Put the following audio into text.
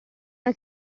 una